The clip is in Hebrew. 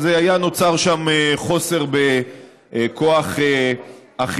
אז היה נוצר שם חוסר בכוח אכיפה.